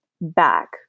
back